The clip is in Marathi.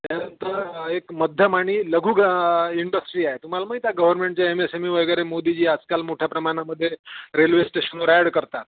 त्यानंतर एक मध्यम आणि लघु ग इंडस्ट्री आहे तुम्हाला माहीत आहे गव्हर्मेंटचे एम एस एम ई वगैरे मोदीजी आजकाल मोठ्या प्रमाणामध्ये रेल्वे स्टेशनवर ॲड करतात